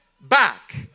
back